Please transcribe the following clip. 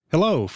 Hello